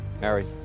Harry